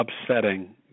upsetting